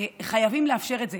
חייבים לאפשר את זה.